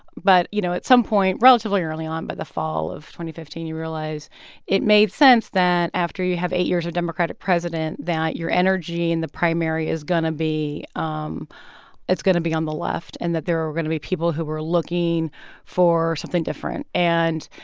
but, you know, at some point relatively early on, by the fall of two fifteen, you realize it made sense that after you have eight years of democratic president that your energy in the primary is going to be um it's going to be on the left and that there were going to be people who were looking for something different. and,